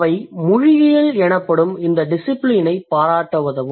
அவை மொழியியல் எனப்படும் இந்த டிசிபிலினை பாராட்ட உதவும்